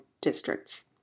districts